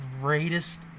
greatest